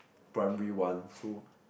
primary one so